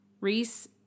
Reese